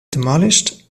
demolished